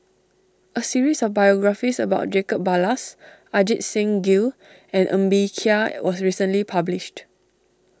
a series of biographies about Jacob Ballas Ajit Singh Gill and Ng Bee Kia was recently published